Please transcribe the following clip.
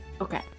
Okay